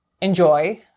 enjoy